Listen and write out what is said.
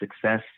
success